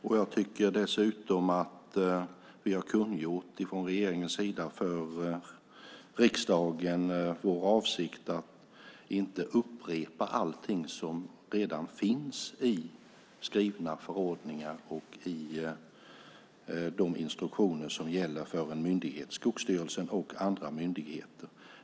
Vi har dessutom från regeringens sida för riksdagen kungjort vår avsikt att inte upprepa allting som redan finns i skrivna förordningar och i de instruktioner som gäller för Skogsstyrelsen och andra myndigheter.